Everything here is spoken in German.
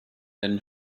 den